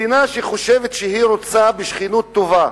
מדינה שחושבת שהיא רוצה בשכנות טובה,